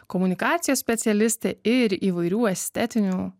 komunikacijos specialistė ir įvairių estetinių